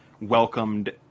welcomed